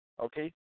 okay